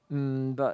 um but